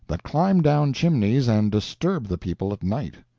that climb down chimneys and disturb the people at night.